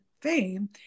fame